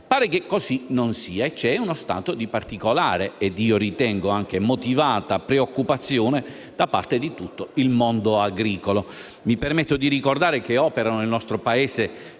pare che così non sia e c'è uno stato di particolare ‑ e io ritengo anche motivato ‑ preoccupazione da parte di tutto il mondo agricolo. Mi permetto di ricordare che opera nel nostro Paese